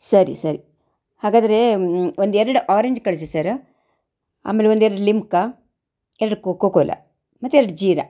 ಸರಿ ಸರಿ ಹಾಗಾದರೆ ಒಂದು ಎರಡು ಆರೆಂಜ್ ಕಳಿಸಿ ಸರ ಆಮೇಲೆ ಒಂದು ಎರಡು ಲಿಮ್ಕಾ ಎರಡು ಕೋಕೋ ಕೋಲಾ ಮತ್ತೆರಡು ಜೀರಾ